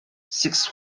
six